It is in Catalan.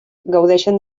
gaudeixen